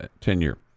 tenure